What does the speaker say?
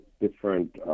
different